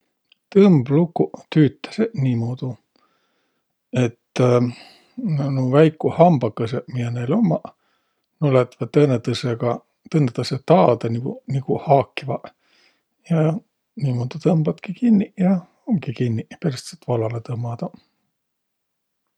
Tõmblukuq tüütäseq niimudu, et nuuq väikuq hambagõsõq, miä näil ommaq, nuuq lätväq tõõnõtõõsõgaq, tõõnõtõõsõ taadõ niguq, niguq haakvaq. Ja niimuudu tõmbatki kinniq ja umgi kinniq. Peräst saat vallalõ tõmmadaq.